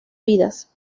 vidas